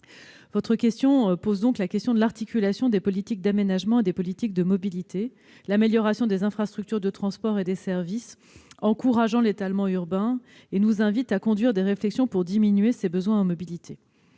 Vous m'interrogez sur l'articulation des politiques d'aménagement et des politiques de mobilité, l'amélioration des infrastructures de transport et des services encourageant l'étalement urbain, lequel nous invite à conduire des réflexions pour diminuer ces besoins en mobilité.